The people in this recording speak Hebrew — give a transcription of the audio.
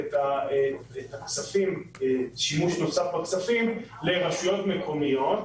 את כספי ההיטל לרשויות מקומיות